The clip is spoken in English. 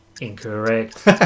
Incorrect